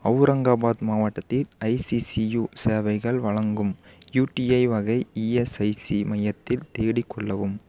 அவுரங்காபாத் மாவட்டத்தில் ஐசிசியூ சேவைகள் வழங்கும் யூடிஐ வகை இஎஸ்ஐசி மையத்தில் தேடிக் கொடுக்கவும்